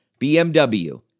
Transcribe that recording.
BMW